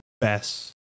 best